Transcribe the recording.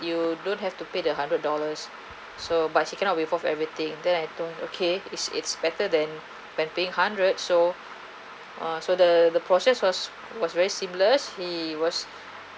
you don't have to pay the hundred dollars so but he cannot waived off everything than I told him okay is it's better than then paying hundred so err so the the process was was very seamless he was